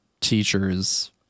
teachers